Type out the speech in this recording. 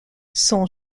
son